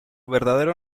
verdadero